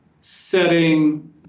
setting